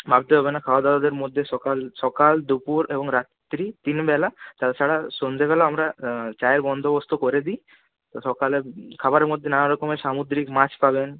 ভাবতে হবে না খাওয়া দাওয়াদের মধ্যে সকাল সকাল দুপুর এবং রাত্রি তিনবেলা তাছাড়া সন্ধেবেলা আমরা চায়ের বন্দোবস্ত করে দিই সকালে খাবারের মধ্যে নানারকমের সামুদ্রিক মাছ পাবেন